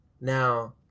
Now